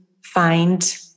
find